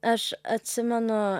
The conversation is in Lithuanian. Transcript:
aš atsimenu